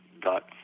dot